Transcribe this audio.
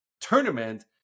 tournament